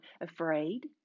afraid